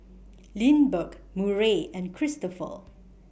Lindbergh Murray and Kristopher